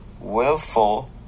willful